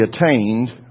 attained